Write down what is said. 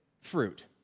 fruit